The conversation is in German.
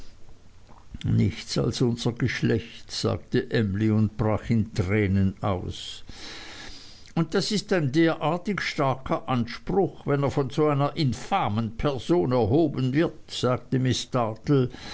nichts als unser geschlecht sagte emly und brach in tränen aus und das ist ein derartig starker anspruch wenn er von so einer infamen person erhoben wird sagte miß